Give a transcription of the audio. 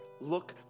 look